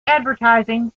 advertising